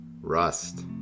rust